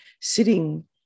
sitting